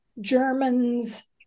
Germans